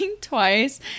twice